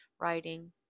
writing